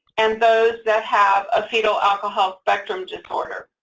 and those that have a fetal alcohol spectrum disorder.